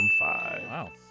Wow